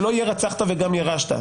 שלא יהיה "הרצחת וגם ירשת".